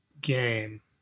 game